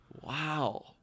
wow